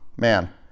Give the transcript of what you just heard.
man